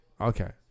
Okay